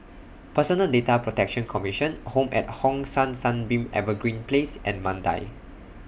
Personal Data Protection Commission Home At Hong San Sunbeam Evergreen Place and Mandai